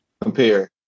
compare